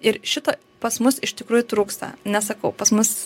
ir šito pas mus iš tikrųjų trūksta nesakau pas mus